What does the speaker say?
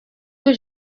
que